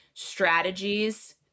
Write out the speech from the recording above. strategies